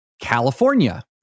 california